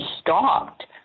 stopped